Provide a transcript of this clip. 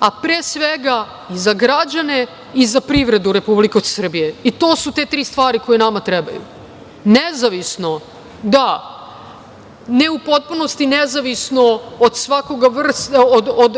a pre svega i za građane i za privredu Republike Srbije i to su te tri stvari koje nama trebaju. Nezavisno, da. Ne u potpunosti nezavisno